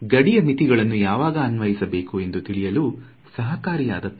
ಗಡಿಯ ಮಿತಿಗಳನ್ನು ಯಾವಾಗ ಅನ್ವಯಿಸಬೇಕು ಎಂದು ತಿಳಿಯಲು ಸಹಕಾರಿಯಾದ ತಂತ್ರ